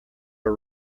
are